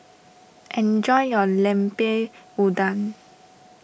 enjoy your Lemper Udang